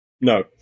No